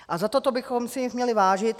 A za toto bychom si jich měli vážit .